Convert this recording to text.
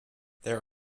there